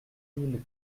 mille